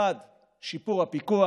1. שיפור הפיקוח,